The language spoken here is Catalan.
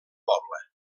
poble